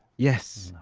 yes.